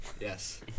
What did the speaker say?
yes